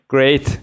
Great